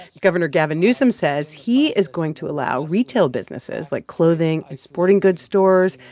governor gavin newsom says he is going to allow retail businesses, like clothing and sporting goods stores,